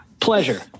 Pleasure